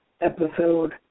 episode